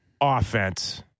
offense